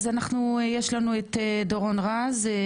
אז עכשיו יש לנו את דורון רז.